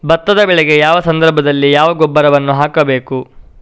ಭತ್ತದ ಬೆಳೆಗೆ ಯಾವ ಸಂದರ್ಭದಲ್ಲಿ ಯಾವ ಗೊಬ್ಬರವನ್ನು ಹಾಕಬೇಕು?